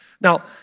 Now